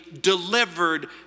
delivered